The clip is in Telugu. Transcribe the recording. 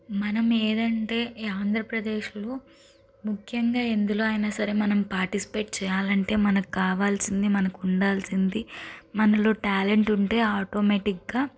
మనం ఏదంటే ఆంధ్రప్రదేశ్లో ముఖ్యంగా ఎందులో అయినా సరే మనం పాటిస్పేట్ చేయాలంటే మనకు కావాల్సింది మనకు ఉండాల్సింది మనలో ట్యాలెంట్ ఉంటే ఆటోమేటిక్గా